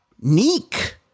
Neek